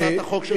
מהצעת החוק של,